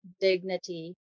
dignity